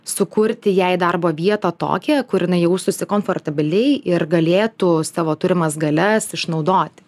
sukurti jai darbo vietą tokią kur jinai jaustųsi komfortabiliai ir galėtų savo turimas galias išnaudoti